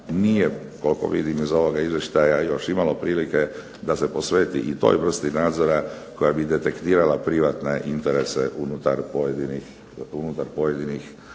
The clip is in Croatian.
nije koliko vidim iz ovoga izvještaja još imalo prilike da se posveti i toj vrsti nadzora koja bi detektirala privatne interese unutar pojedinih